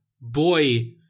boy